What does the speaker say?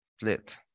split